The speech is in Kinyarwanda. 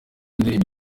indirimbo